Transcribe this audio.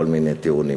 בכל מיני טיעונים.